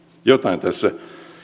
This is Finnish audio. jotain tässä